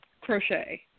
Crochet